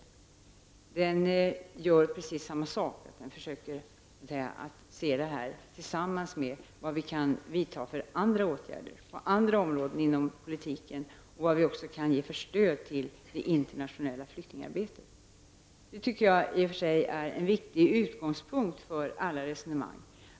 I denna förstudie försöker man se vilka andra åtgärder som tillsammans med detta kan vidtas på andra områden inom politiken och vilket stöd som kan ges till det internationella flyktingarbetet. Det tycker jag i och för sig är en viktig utgångspunkt för alla resonemang.